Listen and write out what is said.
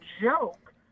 joke